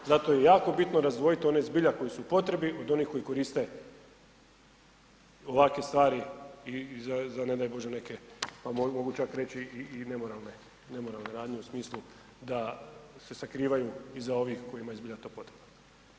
Zato je jako bitno razdvojiti one zbilja koji su u potrebi od onih koji koriste ovakve stvari i za ne daj Bože neke pa mogu čak reći i nemoralne radnje u smislu da se sakrivaju iza ovih kojima je zbilja to potrebno.